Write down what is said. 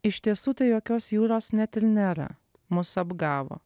iš tiesų tai jokios jūros net ir nėra mus apgavo